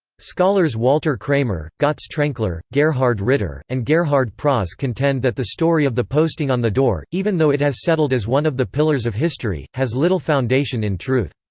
scholars walter kramer, gotz trenkler, gerhard ritter, and gerhard prause contend that the story of the posting on the door, even though it has settled as one of the pillars of history, has little foundation in truth.